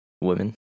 women